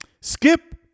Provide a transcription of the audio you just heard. Skip